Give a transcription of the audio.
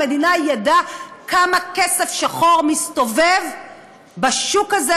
המדינה הייתה יודעת כמה כסף שחור מסתובב בשוק הזה,